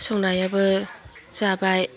संनायाबो जाबाय